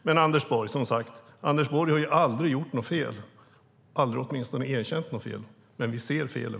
Anders Borg har dock aldrig gjort något fel, åtminstone aldrig erkänt något fel, men vi ser felen.